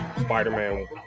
Spider-Man